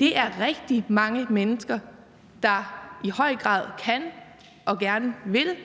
Det er rigtig mange mennesker, der i høj grad kan og gerne vil